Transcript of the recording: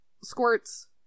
squirts